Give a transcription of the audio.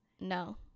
No